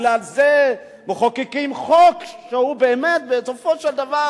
בגלל זה מחוקקים חוק שבסופו של דבר